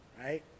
right